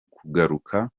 kugaruka